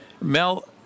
Mel